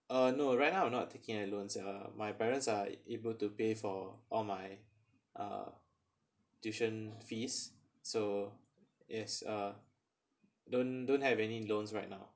uh no right now I'm not taking a loan sia my parents are able to pay for all my uh tuition fees so yes uh don't don't have any loans right now